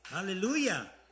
Hallelujah